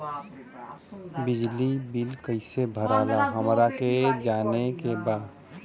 बिजली बिल कईसे भराला हमरा के जाने के बा?